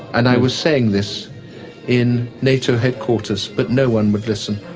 and i was saying this in nato headquarters, but no one would listen.